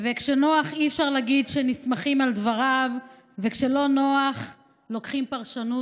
ואי-אפשר כשנוח להגיד שנסמכים על דבריו וכשלא נוח לוקחים פרשנות.